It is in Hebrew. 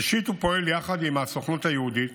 ראשית, הוא פועל יחד עם הסוכנות היהודית